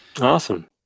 Awesome